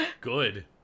Good